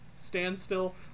standstill